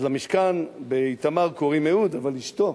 אז למשכן באיתמר קוראים "אהוד", אבל אשתו,